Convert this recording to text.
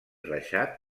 reixat